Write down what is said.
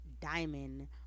Diamond